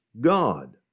God